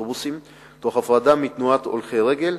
האוטובוסים תוך הפרדה מתנועת הולכי הרגל,